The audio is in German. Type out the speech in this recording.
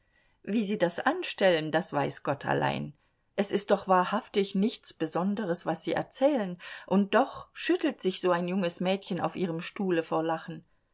wie sie das anstellen das weiß gott allein es ist doch wahrhaftig nichts besonderes was sie erzählen und doch schüttelt sich so ein junges mädchen auf ihrem stuhle vor lachen